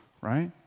right